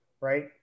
right